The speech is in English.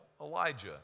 Elijah